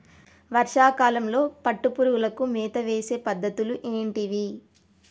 వర్షా కాలంలో పట్టు పురుగులకు మేత వేసే పద్ధతులు ఏంటివి?